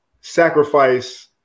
sacrifice